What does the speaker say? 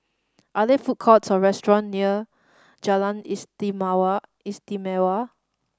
are there food courts or restaurant near Jalan Istimewa